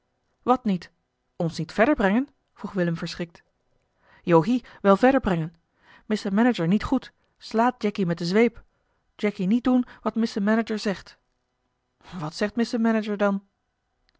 wat niet ons niet verder brengen vroeg willem verschrikt yohi wel verder brengen missa manager niet goed slaat jacky met de zweep jacky niet doen wat missa manager zegt wat zegt missa manager dan